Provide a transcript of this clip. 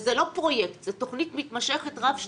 וזה לא פרויקט, זו תכנית מתמשכת רב שנתית.